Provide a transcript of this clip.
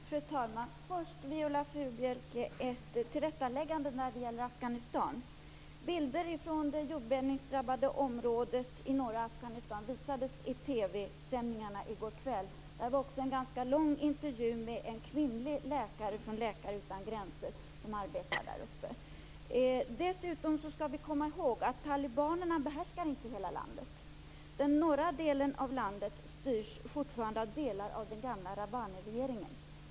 Fru talman! Först, Viola Furubjelke, vill jag göra ett tillrättaläggande när det gäller Afghanistan. Bilder från det jordbävningsdrabbade området i norra Afghanistan visades i TV-sändningarna i går kväll. Det var också en ganska lång intervju med en kvinnlig läkare från Läkare utan gränser, som arbetar där uppe. Dessutom skall vi komma ihåg att talibanerna inte behärskar hela landet. Den norra delen av landet styrs fortfarande av delar av den gamla Rabbaniregeringen.